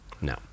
No